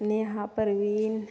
Neha Parveen